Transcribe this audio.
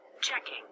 checking